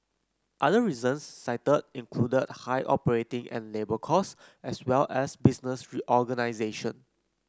other reasons cited included high operating and labour costs as well as business reorganisation